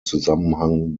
zusammenhang